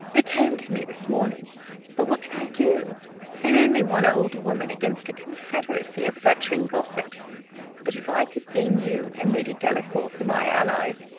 they came to me this morning but what can i do? i am only one old woman against a confederacy of veteran gossips but if i could gain you and lady delacour for my allies,